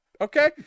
okay